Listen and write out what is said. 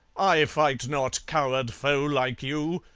i fight not coward foe like you!